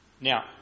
Now